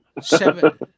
seven